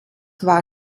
war